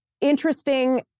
interesting